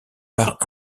part